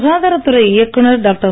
சுகாதாரத் துறை இயக்குனர் டாக்டர்